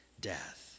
death